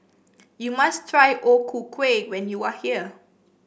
you must try O Ku Kueh when you are here